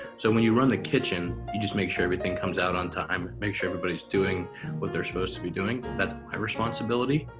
so when you run the kitchen, you just make sure everything comes out on time, make sure everybody is doing what they're supposed to be doing. that's my responsibility.